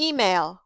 Email